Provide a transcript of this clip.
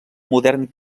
modern